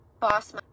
boss